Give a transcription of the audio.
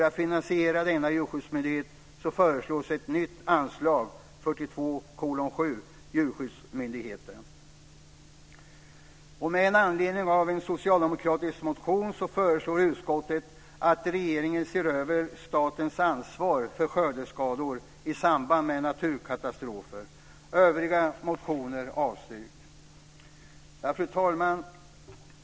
Med anledning av en socialdemokratisk motion föreslår utskottet att regeringen ser över statens ansvar för skördeskador i samband med naturkatastrofer. Övriga motioner avstyrks. Fru talman!